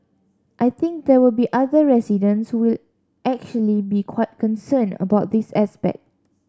I think there will be other residents who will actually be quite concerned about this aspect